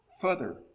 further